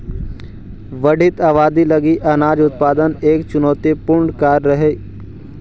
बढ़ित आबादी लगी अनाज उत्पादन एक चुनौतीपूर्ण कार्य रहेतइ